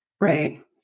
Right